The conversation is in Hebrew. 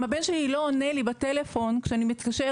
אם הבן שלי לא עונה לי בטלפון כשאני מתקשרת,